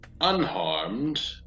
unharmed